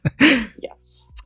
Yes